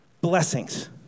blessings